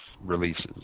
releases